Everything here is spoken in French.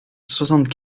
soixante